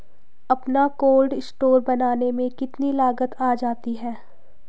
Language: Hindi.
अपना कोल्ड स्टोर बनाने में कितनी लागत आ जाती है?